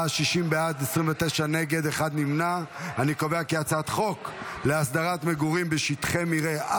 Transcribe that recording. על הצעת חוק להסדרת מגורים בשטחי מרעה,